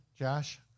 Josh